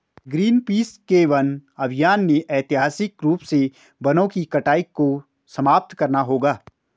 Greenpeace के वन अभियान ने ऐतिहासिक रूप से वनों की कटाई को समाप्त करना होगा